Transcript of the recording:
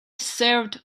served